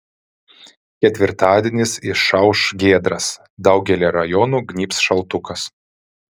ketvirtadienis išauš giedras daugelyje rajonų gnybs šaltukas